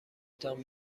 تان